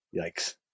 Yikes